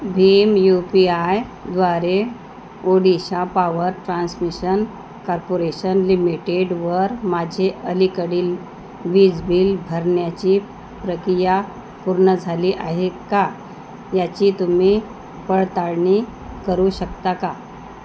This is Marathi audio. भीम यू पी आयद्वारे ओडिशा पॉवर ट्रान्समिशन कार्पोरेशन लिमिटेडवर माझे अलीकडील वीज बिल भरण्याची प्रक्रिया पूर्ण झाली आहे का याची तुम्ही पळताळणी करू शकता का